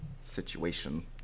situation